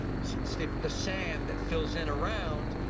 steve, the sand that fills in around,